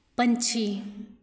ਪੰਛੀ